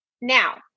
Now